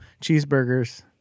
cheeseburgers